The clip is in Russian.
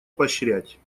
поощрять